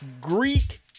Greek